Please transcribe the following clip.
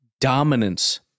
dominance